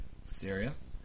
Serious